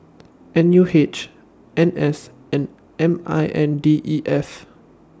N U H N S and M I N D E F